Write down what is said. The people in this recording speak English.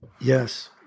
Yes